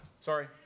Sorry